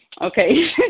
okay